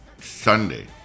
sunday